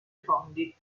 fondi